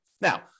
Now